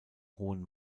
hohen